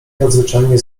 nadzwyczajnie